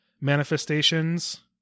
manifestations